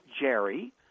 Jerry